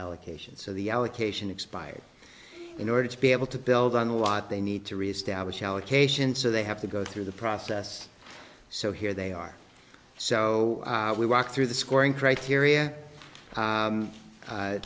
allocation so the allocation expired in order to be able to build on the lot they need to reestablish allocation so they have to go through the process so here they are so we walk through the scoring criteria